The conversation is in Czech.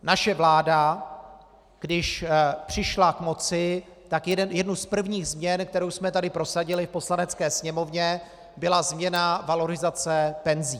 Naše vláda, když přišla k moci, tak jednu z prvních změn, kterou jsme tady prosadili v Poslanecké sněmovně, byla změna valorizace penzí.